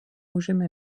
užėmė